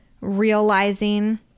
realizing